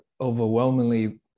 overwhelmingly